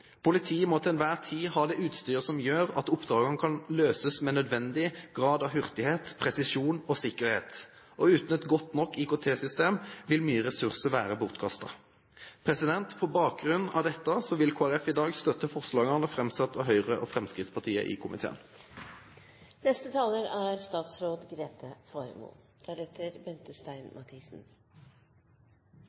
Politiet må til enhver tid ha det utstyret som gjør at oppdragene kan løses med nødvendig grad av hurtighet, presisjon og sikkerhet. Uten et godt nok IKT-system vil mye ressurser være bortkastet. På bakgrunn av dette vil Kristelig Folkeparti i dag støtte forslagene framsatt av Høyre og Fremskrittspartiet i komiteen. Innledningsvis vil jeg bemerke at både politiets IKT-systemer og utfordringene når det gjelder politiets driftsbudsjetter, er